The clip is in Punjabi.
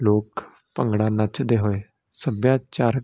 ਲੋਕ ਭੰਗੜਾ ਨੱਚਦੇ ਸੱਭਿਆਚਾਰਕ